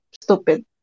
stupid